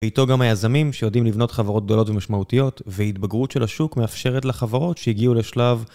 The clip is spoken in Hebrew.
ואיתו גם היזמים שיודעים לבנות חברות גדולות ומשמעותיות והתבגרות של השוק מאפשרת לחברות שהגיעו לשלב